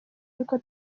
y’uko